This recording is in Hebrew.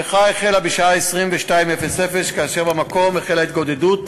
המחאה החלה בשעה 22:00, כאשר במקום החלה התגודדות,